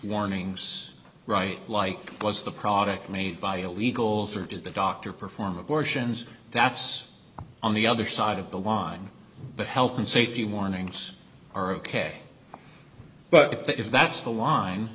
warnings right like was the product made by illegals or did the doctor perform abortions that's on the other side of the line but health and safety warnings are ok but if that's the line